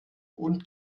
und